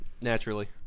Naturally